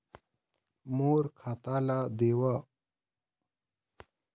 मोर खाता ला देवाव?